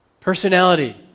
personality